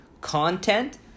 content